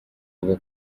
kuva